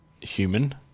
human